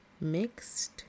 Mixed